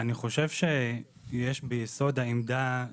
אז בין השאר אם אני נותן תוספת לעובדי מדינה שהצדדים מנהלים